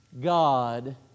God